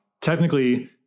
Technically